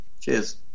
Cheers